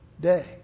day